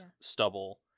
stubble